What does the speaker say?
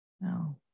No